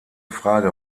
frage